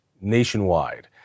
nationwide